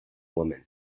woman